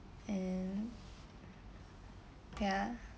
and ya